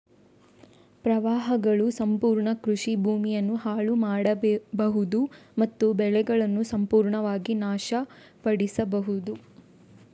ಪ್ರವಾಹಗಳು ಸಂಪೂರ್ಣ ಕೃಷಿ ಭೂಮಿಯನ್ನ ಹಾಳು ಮಾಡ್ಬಹುದು ಮತ್ತು ಬೆಳೆಗಳನ್ನ ಸಂಪೂರ್ಣವಾಗಿ ನಾಶ ಪಡಿಸ್ಬಹುದು